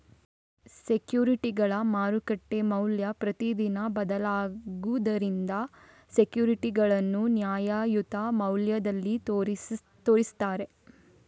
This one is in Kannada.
ಸೆಕ್ಯೂರಿಟಿಗಳ ಮಾರುಕಟ್ಟೆ ಮೌಲ್ಯ ಪ್ರತಿದಿನ ಬದಲಾಗುದರಿಂದ ಸೆಕ್ಯೂರಿಟಿಗಳನ್ನ ನ್ಯಾಯಯುತ ಮೌಲ್ಯದಲ್ಲಿ ತೋರಿಸ್ತಾರೆ